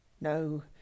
no